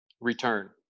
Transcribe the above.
Return